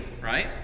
right